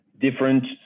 different